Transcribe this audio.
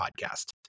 podcast